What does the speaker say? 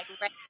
right